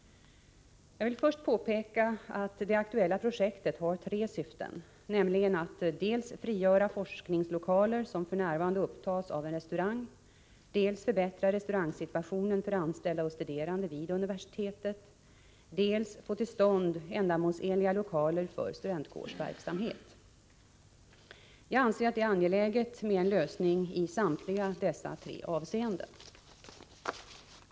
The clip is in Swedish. Jag vill först påpeka att det aktuella projektet har tre syften, nämligen att dels frigöra forskningslokaler som f.n. upptas av en restaurang, dels förbättra restaurangsituationen för anställda och studerande vid universitetet, dels få till stånd ändamålsenliga lokaler för studentkårsverksamhet. Jag anser att det är angeläget med en lösning i samtliga dessa tre avseenden.